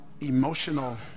emotional